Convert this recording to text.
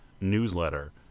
newsletter